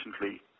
recently